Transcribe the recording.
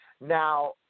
Now